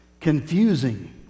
confusing